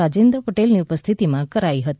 રાજેન્દ્ર પટેલની ઉપસ્થિતિમાં કરાઇ હતી